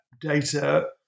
data